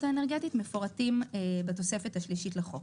האנרגטית מפורטים בתוספת השלישית לחוק.